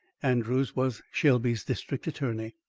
andrews was shelby's district attorney.